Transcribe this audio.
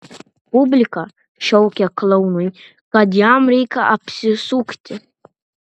publika šaukė klounui kad jam reikia apsisukti